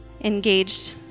engaged